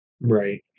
Right